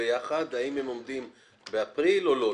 ביחד האם הם עומדים בהגשה באפריל או לא,